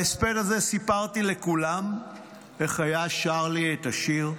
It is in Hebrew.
בהספד הזה סיפרתי לכולם איך היה שר לי את השיר: